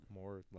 More